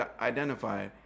identify